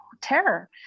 terror